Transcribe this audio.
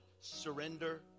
surrender